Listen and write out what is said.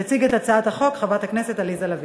תציג את הצעת החוק חברת הכנסת עליזה לביא.